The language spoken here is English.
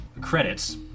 credits